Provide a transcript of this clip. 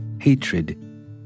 hatred